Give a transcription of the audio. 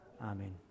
Amen